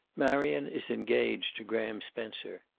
marion is engaged to graham spencer.